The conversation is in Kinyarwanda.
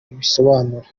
abisobanura